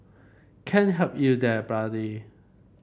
can't help you there buddy